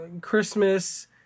Christmas